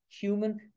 human